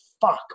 fuck